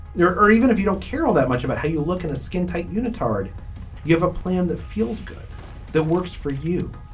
there are even if you don't care all that much about how you look in a skin tight unit hard you have a plan that feels good that works for you.